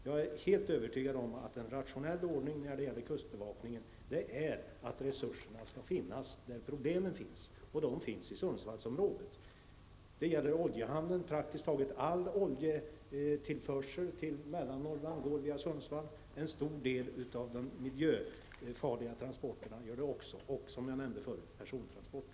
Jag är helt övertygad om att en rationell ordning när det gäller kustbevakningen är att resurserna skall finnas där problemen finns -- och det är i Sundsvallsområdet. Det gäller oljehamnen; praktiskt taget all oljetillförsel till Mellannorrland går via Sundsvall. En stor del av de miljöfarliga transporterna går också här, liksom persontransporterna, som jag nämnde förut.